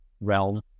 realm